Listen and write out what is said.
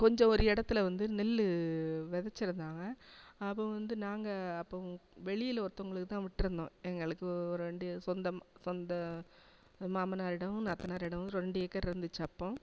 கொஞ்சம் ஒரு இடத்துல வந்து நெல்லு விதச்சிருந்தாங்க அப்போ வந்து நாங்கள் அப்போ வெளியில் ஒருத்தவங்களுக்கு தான் விட்டுருந்தோம் எங்களுக்கு ஒரு ரெண்டு சொந்தம் சொந்த மாமனாரிடம் நாத்தனாரிடம் ரெண்டு ஏக்கர் இருந்துச்சு அப்போ